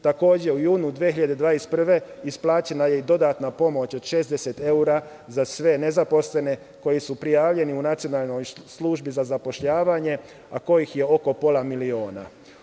Takođe, u junu 2021. godine isplaćena je i dodatna pomoć od 60 evra za sve nezaposlene koji su prijavljeni u Nacionalnoj službi za zapošljavanje, a kojih je oko pola miliona.